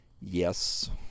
Yes